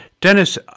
dennis